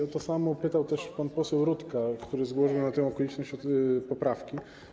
O to samo pytał też pan poseł Rutka, który złożył na tę okoliczność poprawki.